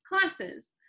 classes